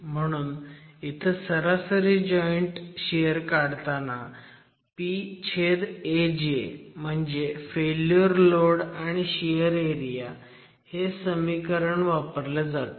म्हणून इथं सरासरी जॉईंट शियर काढताना PAj म्हणजे फेल्युअर लोड आणि शियर एरिया हे समीकरण वापरलं जातं